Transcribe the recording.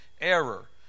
error